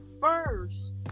first